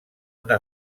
una